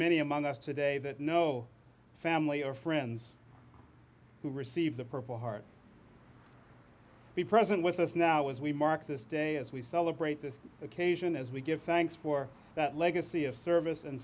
many among us today that no family or friends who received the purple heart be present with us now as we mark this day as we celebrate this occasion as we give thanks for that legacy of service and